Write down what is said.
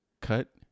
Cut